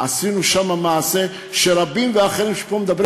עשינו שם מעשה שרבים ואחרים שפה מדברים